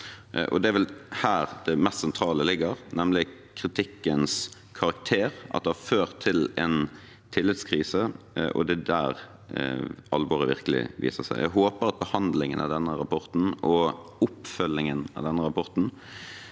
Det er vel her det mest sentrale ligger, nemlig kritikkens karakter, at det har ført til en tillitskrise, og det er der alvoret virkelig viser seg. Jeg håper at behandlingen og oppfølgingen av denne rapporten